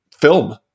film